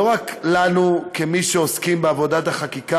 לא רק לנו כמי שעוסקים בעבודת החקיקה